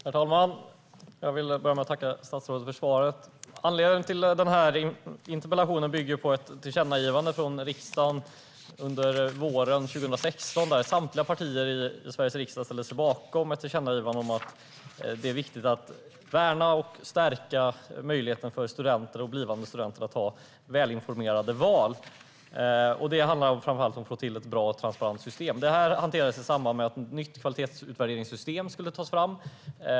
Herr talman! Jag vill börja med att tacka statsrådet för svaret. Min interpellation bygger på ett tillkännagivande från riksdagen våren 2016. Samtliga partier i Sveriges riksdag ställde sig bakom detta tillkännagivande som handlar om vikten av att värna och stärka möjligheten för studenter och blivande studenter att göra välinformerade val. Det handlar framför allt om att få till ett bra och transparent system. Detta hanterades i samband med att ett nytt kvalitetsutvärderingssystem skulle tas fram.